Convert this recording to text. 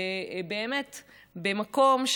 במקום,